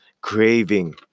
craving